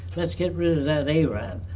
let's get rid of that arab!